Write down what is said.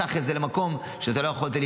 מתח את זה למקום שאתה לא יכולת להתנהל.